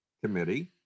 Committee